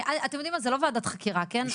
אתם יודעים מה, זו לא ודעת חקירה, כן?